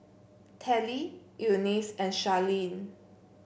Telly Eunice and Sharleen